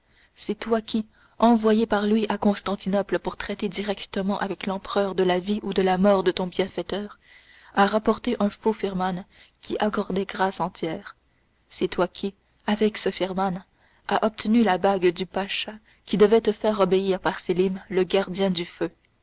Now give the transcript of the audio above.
c'est toi qui envoyé par lui à constantinople pour traiter directement avec l'empereur de la vie ou de la mort de ton bienfaiteur as rapporté un faux firman qui accordait grâce entière c'est toi qui avec ce firman as obtenu la bague du pacha qui devait te faire obéir par sélim le gardien du feu